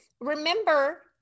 remember